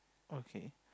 okay